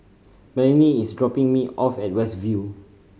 Melonie is dropping me off at West View